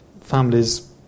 families